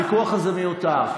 הוויכוח הזה מיותר,